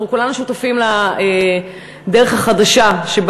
אנחנו כולנו שותפים לדרך החדשה שבה